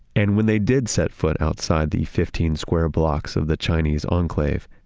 and when they did set foot outside the fifteen square blocks of the chinese enclave,